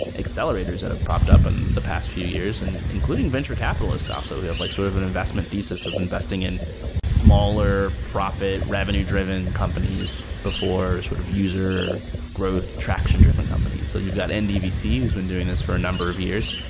accelerators that have propped up in the past few years and including venture capitalists also who have like sort of an investment thesis of investing in smaller profit revenue driven companies before sort of user growth traction-driven companies. so you've got and ndvc, who's been doing this for a number of years.